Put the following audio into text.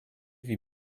wie